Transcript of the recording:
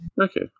Okay